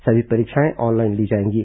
सभी परीक्षाएं ऑनलाइन ली जाएंगी